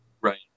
Right